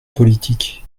politique